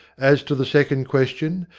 as to the second question,